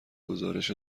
گزارش